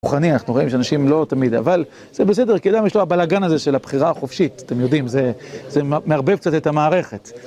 רוחני, אנחנו רואים שאנשים לא תמיד, אבל זה בסדר, כי אדם יש לו הבלאגן הזה של הבחירה החופשית, אתם יודעים, זה מערבב קצת את המערכת.